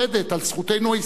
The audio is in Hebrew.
על זכותנו ההיסטורית,